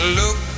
look